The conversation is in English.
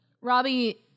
Robbie